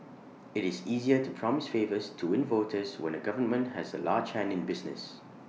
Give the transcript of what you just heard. IT is easier to promise favours to win voters when A government has A large hand in business